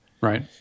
Right